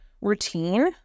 routine